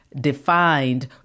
defined